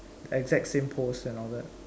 exact same pose and all that